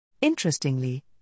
Interestingly